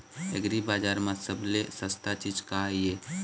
एग्रीबजार म सबले सस्ता चीज का ये?